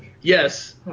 Yes